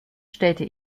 stellte